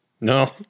no